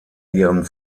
ihren